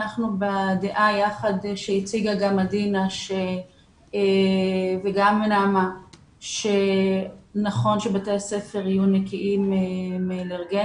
בדעה שהציגו גם עדינה ונעמה שנכון שבתי הספר יהיו נקיים מאלרגניים,